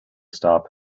stop